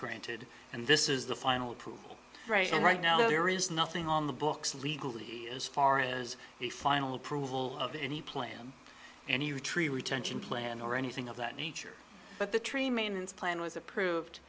granted and this is the final approval right now right now there is nothing on the books legally as far as the final approval of any plan and yewtree retention plan or anything of that nature but the tree maintenance plan was approved